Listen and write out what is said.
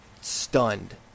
stunned